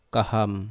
Kaham